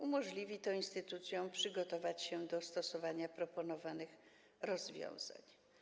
Umożliwi to instytucjom przygotowanie się do stosowania proponowanych rozwiązań.